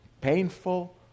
painful